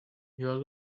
your